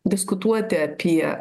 diskutuoti apie